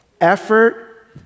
effort